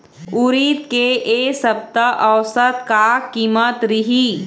उरीद के ए सप्ता औसत का कीमत रिही?